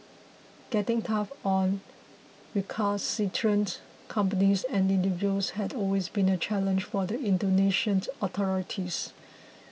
getting tough on recalcitrant companies and individuals has always been a challenge for the Indonesian authorities